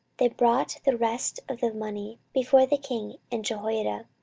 they brought the rest of the money before the king and jehoiada,